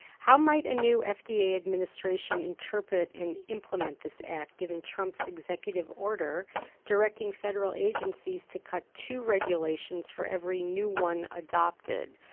how might a new fda administration interpret and implement this act, given trump's executive order directing federal agencies to cut two regulations for every new one adopted,